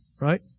right